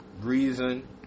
reason